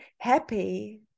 happy